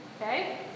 Okay